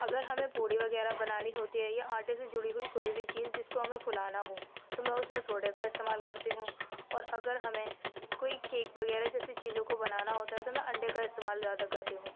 اگر ہمیں پوڑی وغیرہ بنانی ہوتی ہے یا آٹے سے جڑی ہوئی کوئی بھی چیز جس کو ہمیں پھلانا ہو تو میں اس میں سوڈے کا استعمال کرتی ہوں اور اگر ہمیں کوئی کیک وغیرہ جیسے چیزوں کو بنانا ہوتا ہے تو میں انڈے کا استعمال زیادہ کرتی ہوں